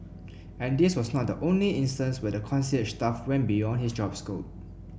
and this was not the only instance where the concierge staff went beyond his job scope